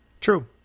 true